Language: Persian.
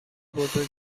بزرگ